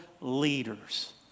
leaders